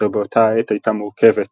אשר באותה העת הייתה מורכבת